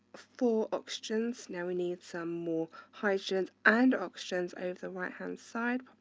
four oxygens. now we need some more hydrogens and oxygens over the right hand side,